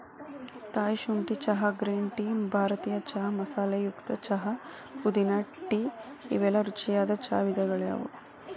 Thai ಶುಂಠಿ ಚಹಾ, green tea, ಭಾರತೇಯ ಚಾಯ್ ಮಸಾಲೆಯುಕ್ತ ಚಹಾ, ಪುದೇನಾ ಟೇ ಇವೆಲ್ಲ ರುಚಿಯಾದ ಚಾ ವಿಧಗಳಗ್ಯಾವ